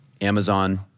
Amazon